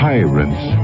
Tyrants